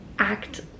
act